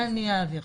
אני אעביר.